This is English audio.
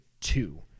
two